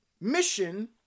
Mission